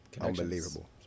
unbelievable